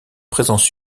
présence